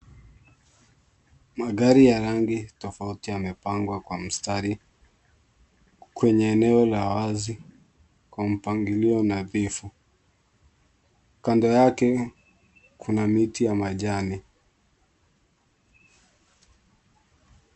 Magari ya rangi tofauti yamepangwa kwa mstari kwenye eneo la wazi kwa mpangilio nadhifu. Kando yake kuna miti ya majani.